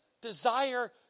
desire